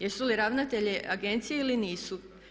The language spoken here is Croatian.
Jesu li ravnatelji agencija ili nisu?